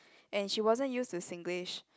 and she wasn't use to Singlish